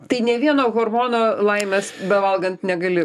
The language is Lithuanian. tai ne vieno hormono laimės bevalgant negali